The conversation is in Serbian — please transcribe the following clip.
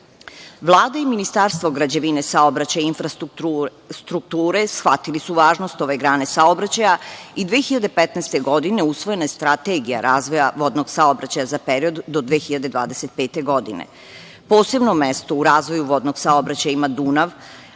i Ministarstvo građevine, saobraćaja, infrastrukture, shvatili su važnost ove grane saobraćaja i 2015. godine usvojena je Strategija razvoja vodnog saobraćaja za period do 2025. godine. Posebno mesto u razvoju vodnog saobraćaja ima Dunav,